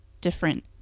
different